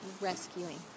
rescuing